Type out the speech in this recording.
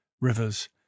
rivers